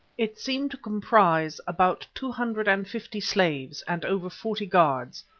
it seemed to comprise about two hundred and fifty slaves and over forty guards,